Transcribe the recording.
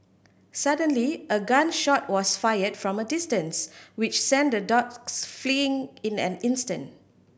suddenly a gun shot was fired from a distance which sent the dogs fleeing in an instant